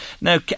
Now